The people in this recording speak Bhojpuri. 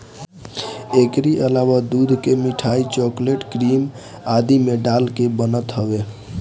एकरी अलावा दूध के मिठाई, चोकलेट, क्रीम आदि में डाल के बनत हवे